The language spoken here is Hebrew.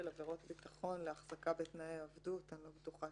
עבירות ביטחון להחזקה בתנאי עבדות אני לא בטוחה